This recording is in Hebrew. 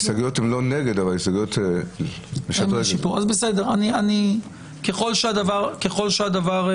ההסתייגויות הן לא נגד, אלא לשדרג את זה.